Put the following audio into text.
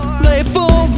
playful